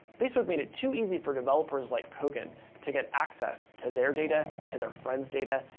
facebook made it too easy for developers like kogan to get access to their data, to their friends' data,